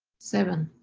seven